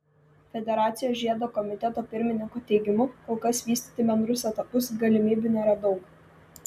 federacijos žiedo komiteto pirmininko teigimu kol kas vystyti bendrus etapus galimybių nėra daug